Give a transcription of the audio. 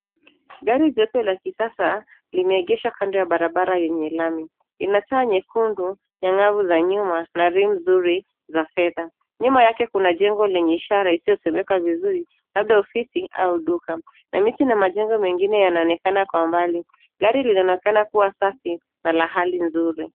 Gari jeupe la kisasa limeegeshwa kando ya barabara yenye lami, ina taa nyekundu nyang'avu za nyuma na rim nzuri za fedha. Nyuma yake kuna jengo lenye ishara isiyosomeka vizuri, labda ofisi au duka. Na miti na majengo mengine yanaonekana kwa mbali. Gari linaonekana kuwa safi na la hali nzuri.